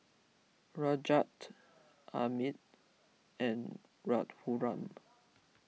Rajat Amit and Raghuram